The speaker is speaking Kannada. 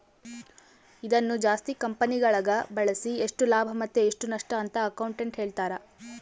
ಇದನ್ನು ಜಾಸ್ತಿ ಕಂಪೆನಿಗಳಗ ಬಳಸಿ ಎಷ್ಟು ಲಾಭ ಮತ್ತೆ ಎಷ್ಟು ನಷ್ಟಅಂತ ಅಕೌಂಟೆಟ್ಟ್ ಹೇಳ್ತಾರ